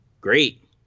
great